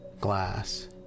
glass